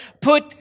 put